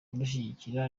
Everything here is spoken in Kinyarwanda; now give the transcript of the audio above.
kudushyigikira